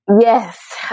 Yes